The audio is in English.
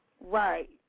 Right